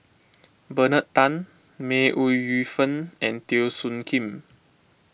Bernard Tan May Ooi Yu Fen and Teo Soon Kim